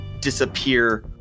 disappear